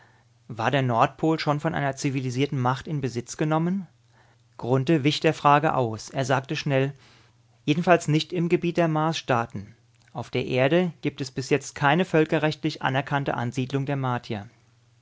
war der nordpol schon von einer zivilisierten macht in besitz genommen grunthe wich der frage aus er sagte schnell jedenfalls nicht im gebiet der marsstaaten auf der erde gibt es bis jetzt keine völkerrechtlich anerkannte ansiedlung der martier